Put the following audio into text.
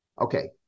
Okay